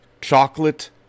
chocolate